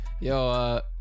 Yo